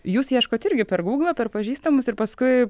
jūs ieškot irgi per gūglą per pažįstamus ir paskui